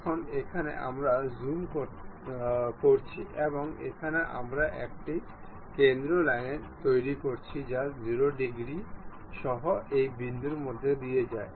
এখন এখানে আমরা জুম করছি এবং এখানে আমরা একটি কেন্দ্র লাইন তৈরি করি যা 0 ডিগ্রী সহ এই বিন্দুর মধ্য দিয়ে যায়